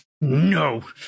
no